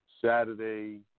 Saturday